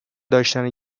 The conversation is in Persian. داشتن